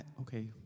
Okay